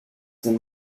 than